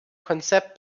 konzept